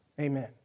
Amen